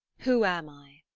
who am i?